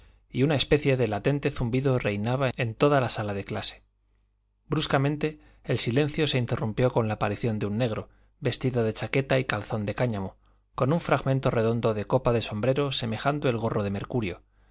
y una especie de latente zumbido reinaba en toda la sala de clase bruscamente el silencio se interrumpió con la aparición de un negro vestido de chaqueta y calzón de cáñamo con un fragmento redondo de copa de sombrero semejando el gorro de mercurio